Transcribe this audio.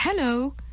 Hello